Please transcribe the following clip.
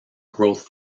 growth